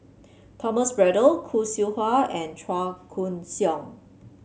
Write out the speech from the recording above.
Thomas Braddell Khoo Seow Hwa and Chua Koon Siong